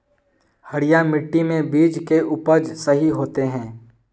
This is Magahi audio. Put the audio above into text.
हरिया मिट्टी में बीज के उपज सही होते है?